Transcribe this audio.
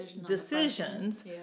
decisions